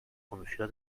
funció